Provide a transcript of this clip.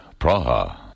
Praha